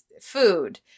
food